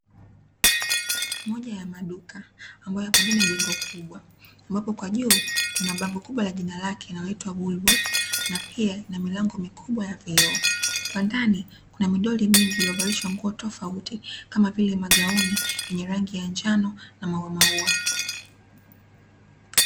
Moja ya maduka ambayo yapo ndani ya jengo kubwa, ambapo kwa juu kuna bango kubwa, na jina lake linaloitwa "WOOLWORTHS ", pia na milango mikubwa ya vioo. Kwa ndani kuna midoli mingi iliyovalishwa nguo tofati kama vile magauni yenye rangi ya njano na mauamaua.